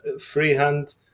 freehand